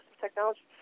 technology